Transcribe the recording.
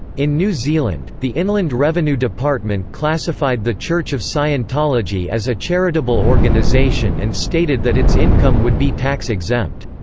in new zealand, the inland revenue department department classified the church of scientology as a charitable organization and stated that its income would be tax exempt.